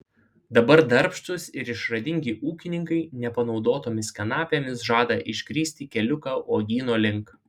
dabar darbštūs ir išradingi ūkininkai nepanaudotomis kanapėmis žada išgrįsti keliuką uogyno link